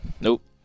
Nope